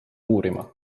uurima